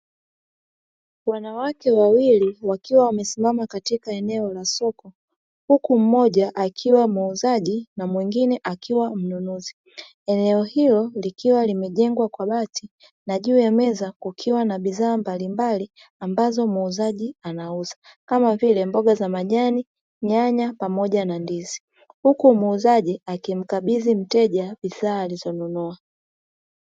Wanawake wawili wakiwa wamesimama katika eneo la soko, huku mmoja akiwa muuzaji na mwingine akiwa mnunuzi. Eneo hilo likiwa limejengwa kwa bati na juu ya meza kukiwa na bidhaa mbalimbali ambazo muuzaji anauza, kama vile mboga za majani, nyanya, pamoja na ndizi; huku muuzaji akimkabidhi mteja bidhaa alizonunua.